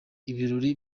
ibirori